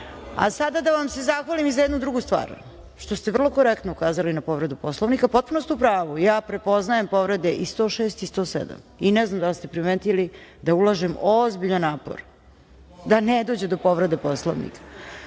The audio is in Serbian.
sada da vam se zahvalim i za jednu drugu stvar, što ste vrlo korektno ukazali na povredu Poslovnika i potpuno ste u pravu. Ja prepoznajem povrede i 106. i 107. i ne znam da li ste primetili da ulažem ozbiljan napor da ne dođe do povrede Poslovnika.